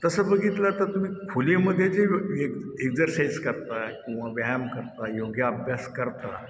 तसं बघितलं तर तुम्ही खोलीमधे जे ए एक्झरसाईज करता किंवा व्यायाम करता योगाभ्यास करता